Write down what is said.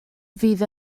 fydd